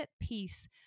piece